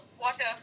water